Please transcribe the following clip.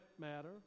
matter